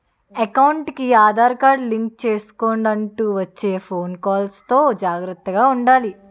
ఎకౌంటుకి Aadhaar card link చేసుకొండంటూ వచ్చే ఫోను కాల్స్ తో జాగర్తగా ఉండాలి